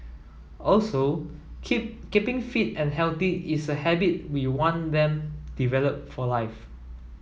also keep keeping fit and healthy is a habit we want them develop for life